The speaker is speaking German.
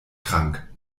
krank